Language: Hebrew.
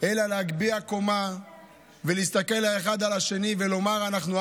אלא להגביה קומה ולהסתכל האחד על השני ולומר: אנחנו,